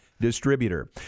distributor